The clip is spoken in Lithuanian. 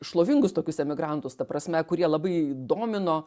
šlovingus tokius emigrantus ta prasme kurie labai domino